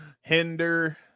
Hinder